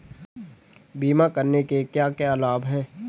बीमा करने के क्या क्या लाभ हैं?